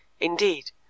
Indeed